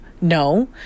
no